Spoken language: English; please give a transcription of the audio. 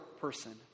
person